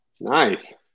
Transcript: Nice